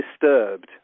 disturbed